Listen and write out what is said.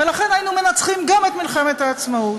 ולכן היינו מנצחים גם את מלחמת העצמאות.